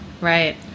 Right